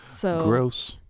Gross